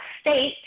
state